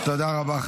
תודה רבה.